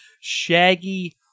Shaggy